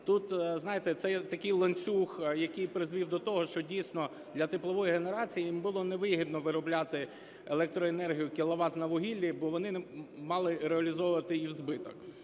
тут, знаєте, це є такий ланцюг, який призвів до того, що, дійсно, для теплової генерації було невигідно виробляти електроенергію кіловат на вугіллі, бо вони мали реалізовувати її у збиток.